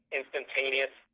instantaneous